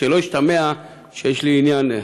שלא ישתמע שיש לי עניין.